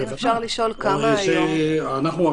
אתה אומר.